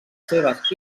seves